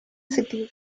cities